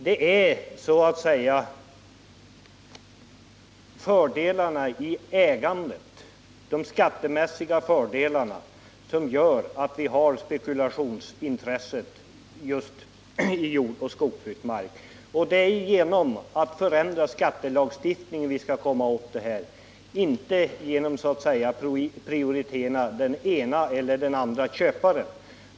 Det är de skattemässiga fördelarna i ägandet som gör att det förekommer spekulationer i jordbruksoch skogsmark. Det är genom att förändra skattelagstiftningen som vi skall komma åt detta —- inte genom att så att säga prioritera den ene eller den andre köparen.